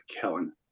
Kellen